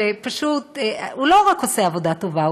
שפשוט לא רק עושה עבודה טובה,